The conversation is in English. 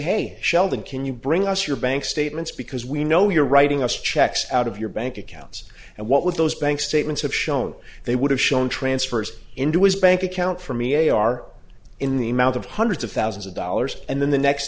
hey sheldon can you bring us your bank statements because we know you're writing us checks out of your bank accounts and what with those bank statements have shown they would have shown transfers into his bank account for me are in the amount of hundreds of thousands of dollars and then the next